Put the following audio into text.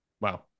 Wow